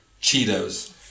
cheetos